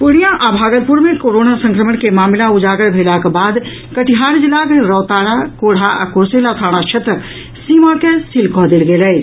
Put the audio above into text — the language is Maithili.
पूर्णियां आ भागलपुर मे कोरोना संक्रमण के मामिला उजागर भेलाक बाद कटिहार जिलाक रोतारा कोढ़ा आ कुर्सेला थाना क्षेत्रक सीमा के सील कऽ देल गेल अछि